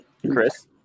Chris